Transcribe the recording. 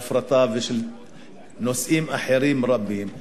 של ההפרטה ושל נושאים רבים אחרים,